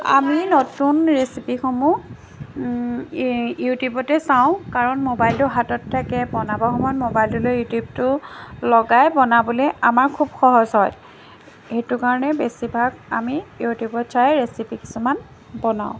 আমি নতুন ৰেচিপিসমূহ ইউ ইউটিউবতে চাওঁ কাৰণ মোবাইলটো হাতত থাকে বনাব সময়ত মোবাইলটো হাতত লৈ ইউটিউবটো লগাই বনাবলৈ আমাৰ খুব সহজ হয় সেইটো কাৰণে বেছিভাগ আমি ইউটিউবত চাই ৰেচিপি কিছুমান বনাওঁ